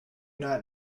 not